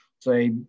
say